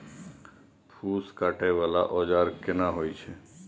फूस काटय वाला औजार केना होय छै?